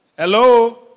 Hello